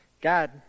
God